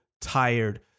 tired